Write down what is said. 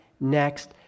next